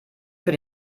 für